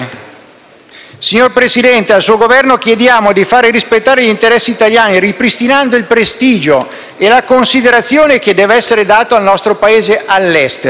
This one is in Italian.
Signor Presidente, al suo Governo chiediamo di far rispettare gli interessi italiani ripristinando il prestigio e la considerazione che deve essere data al nostro Paese all'estero.